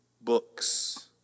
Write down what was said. books